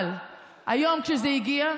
אבל היום, כשזה הגיע,